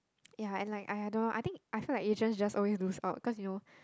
ya and like I don't I think I feel like you just just always lost out because you know